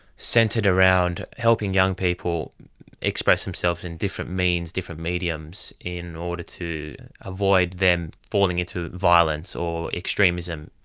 centred around helping young people express themselves in different means, different mediums, in order to avoid them falling into violence or extremism.